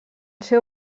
seu